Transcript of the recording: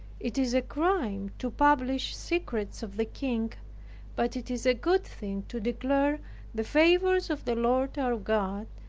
it is a crime to publish secrets of the king but it is a good thing to declare the favors of the lord our god,